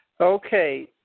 okay